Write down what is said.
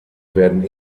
werden